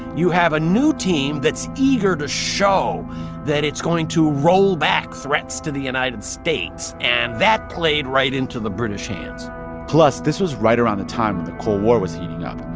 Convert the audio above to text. you have a new team that's eager to show that it's going to roll back threats to the united states. and that played right into the british hands plus, this was right around the time when the cold war was heating up.